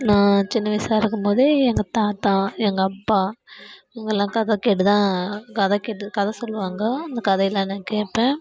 நான் சின்ன வயசாகருக்கும் போதே எங்கள் தாத்தா எங்கள் அப்பா இவங்கல்லாம் கதை கேட்டு தான் கதை கேட்டு கதை சொல்லுவாங்க அந்த கதையெல்லாம் நான் கேட்பேன்